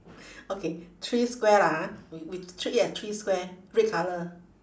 okay three square lah ha we we three ye~ three square red colour